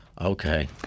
Okay